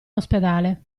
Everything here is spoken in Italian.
ospedale